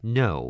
no